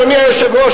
אדוני היושב-ראש,